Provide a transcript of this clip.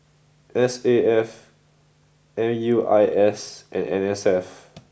S A F M U I S and N S F